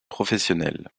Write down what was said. professionnelles